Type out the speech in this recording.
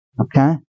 Okay